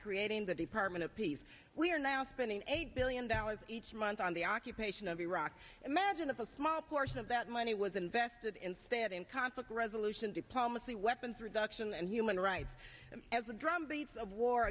creating the department of peace we are now spending eight billion dollars each month on the occupation of iraq imagine if a small portion of that money was invested in standing conflict resolution diplomacy weapons reduction and human rights and as a drumbeat of war